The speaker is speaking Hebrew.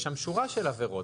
יש שם שורה של עבירות.